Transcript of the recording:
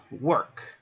work